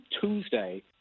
Tuesday